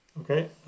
Okay